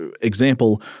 Example